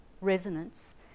resonance